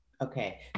Okay